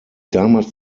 damals